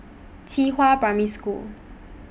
Qihua Primary School